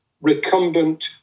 recumbent